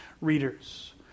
readers